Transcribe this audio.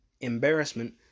embarrassment